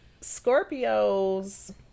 Scorpios